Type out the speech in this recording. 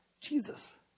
Jesus